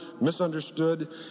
misunderstood